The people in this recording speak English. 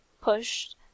pushed